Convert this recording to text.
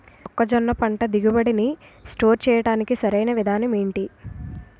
మొక్కజొన్న పంట దిగుబడి నీ స్టోర్ చేయడానికి సరియైన విధానం ఎంటి?